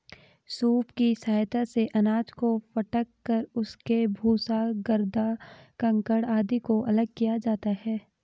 soup की सहायता से अनाज को फटक कर उसके भूसा, गर्दा, कंकड़ आदि को अलग किया जाता है